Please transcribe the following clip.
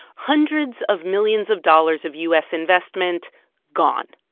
hundreds of millions of dollars of u s. investment gone.